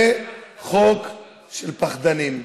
זה חוק של פחדנים,